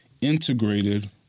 integrated